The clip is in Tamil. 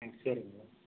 சரிங்க